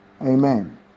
amen